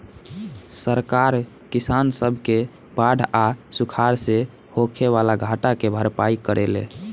सरकार किसान सब के बाढ़ आ सुखाड़ से होखे वाला घाटा के भरपाई करेले